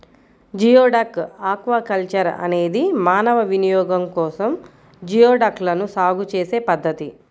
geoduck aquaculture అనేది మానవ వినియోగం కోసం జియోడక్లను సాగు చేసే పద్ధతి